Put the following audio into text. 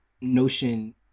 notion